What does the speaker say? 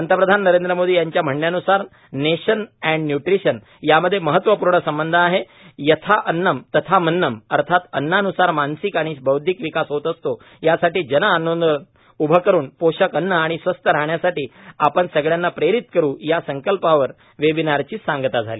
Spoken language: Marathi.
पंतप्रधान नरेंद्र मोदी यांच्या म्हणण्यानूसार नेशन अँड न्यूट्रिशन यामध्ये महत्वपूर्ण संबंध आहे यथा अन्नम् तथा मन्नम् अर्थात अन्नान्सार मानसिक आणि बौद्धिक विकास होत असतो यासाठी जनआंदोलन उभे करून पोषक अन्न आणि स्वस्थ राहण्यासाठी आपण सगळ्यांना प्रेरित करू या संकल्पावर वेबिनारची सांगता झाली